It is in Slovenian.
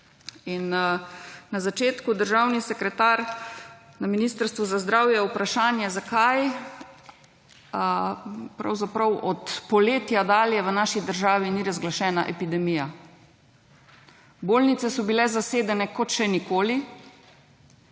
na začetku državni sekretar na Ministrstvu za zdravje vprašanje zakaj pravzaprav od poletja dalje v naši državi ni razglašena epidemija? Bolnice so bile zasedene kot še nikoli.